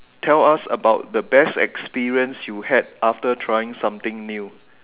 tell us about the best experience you had after trying something new